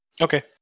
Okay